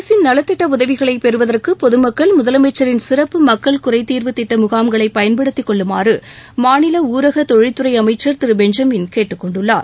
அரசின் நலத்திட்ட உதவிகளை பெறுவதற்கு பொதுமக்கள் முதலமைச்சரின் சிறப்பு மக்கள் குறைதீர்வு திட்ட முகாம்களை பயன்படுத்திக் கொள்ளுமாறு மாநில ஊரக தொழில்துறை அமைச்சர் திரு பெஞ்சமின் கேட்டுக் கொண்டுள்ளார்